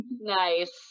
Nice